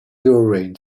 during